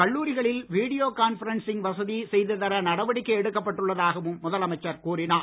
கல்லூரிகளில் video conferencing வசதி செய்து தர நடவடிக்கை எடுக்கப்பட்டுள்ளதாகவும் முதலமைச்சர் கூறினார்